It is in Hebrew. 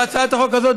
בהצעת החוק הזו,